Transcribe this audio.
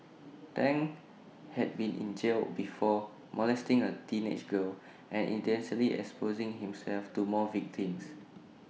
Tang had been in jail would before molesting A teenage girl and indecently exposing himself to more victims